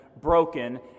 broken